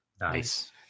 Nice